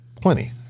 plenty